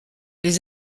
les